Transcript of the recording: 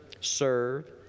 serve